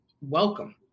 welcome